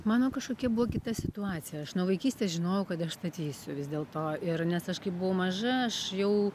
mano kažkokia buvo kita situacija aš nuo vaikystės žinojau kad aš statysiu vis dėlto ir nes aš kai buvau maža aš jau